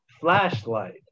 flashlight